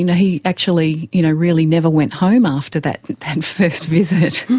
you know he actually you know really never went home after that and first visit.